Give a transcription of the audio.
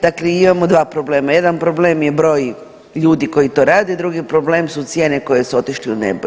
Dakle imamo dva problema, jedan problem je broj ljudi koji to rade, drugi problem su cijene koje su otišle u nebo.